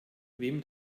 wem